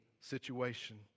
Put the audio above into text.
situation